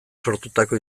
sortutako